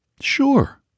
Sure